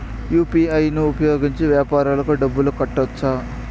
UPI ను ఉపయోగించి వ్యాపారాలకు డబ్బులు కట్టొచ్చా?